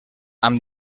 amb